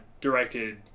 directed